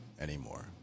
anymore